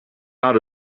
out